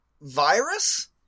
Virus